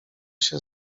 się